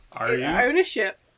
ownership